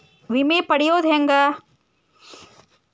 ವಿಮೆ ಪಡಿಯೋದ ಹೆಂಗ್?